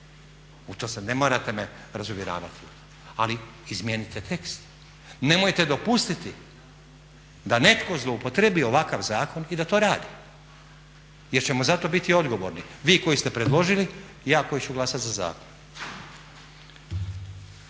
u to sad ne morate me razuvjeravati ali izmijenite tekst. Nemojte dopustiti da netko zloupotrijebi ovakav zakon i da to radi jer ćemo za to biti odgovorni vi koji ste predložili i ja koji ću glasat za zakon.